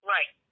Right